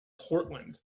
Portland